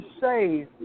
say